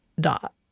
dot